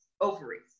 ovaries